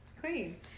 clean